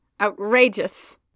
outrageous